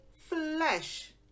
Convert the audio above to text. flesh